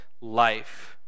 life